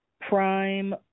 Prime